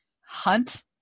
hunt